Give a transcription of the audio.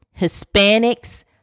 Hispanics